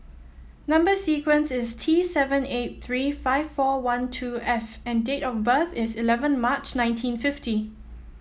number sequence is T seven eight three five four one two F and date of birth is eleven March nineteen fifty